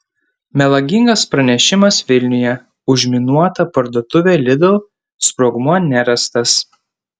melagingas pranešimas vilniuje užminuota parduotuvė lidl sprogmuo nerastas